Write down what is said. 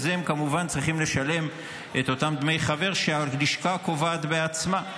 אז הם כמובן צריכים לשלם את אותם דמי חבר שהלשכה קובעת בעצמה.